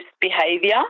behavior